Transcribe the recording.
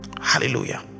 Hallelujah